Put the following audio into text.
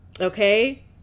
okay